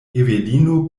evelino